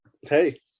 hey